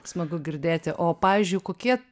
smagu girdėti o pavyzdžiui kokie